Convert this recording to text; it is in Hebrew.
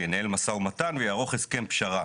ינהל משא ומתן ויערוך הסכם פשרה.